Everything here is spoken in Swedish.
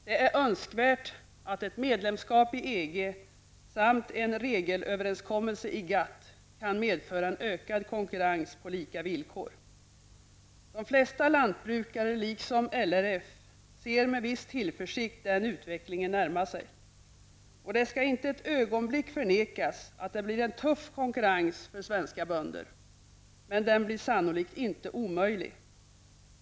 Det är önskvärt att ett medlemskap i EG, samt en regelöverenskommelse i GATT, meför en ökad konkurrens på lika villkor. De flesta lantbrukare liksom LRF ser med viss tillförsikt den utvecklingen närma sig. Det skall inte ett ögonblick förnekas att det blir en tuff konkurrens för svenska bönder, men den blir sannolikt inte omöjlig.